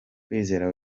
kwizera